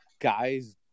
guys